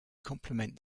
complement